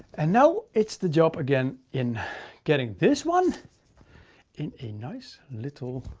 and now it's the job again, in getting this one in a nice little,